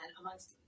Amongst